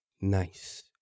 Nice